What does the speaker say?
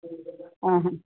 आ हा